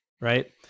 Right